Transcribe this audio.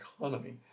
economy